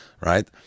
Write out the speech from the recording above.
right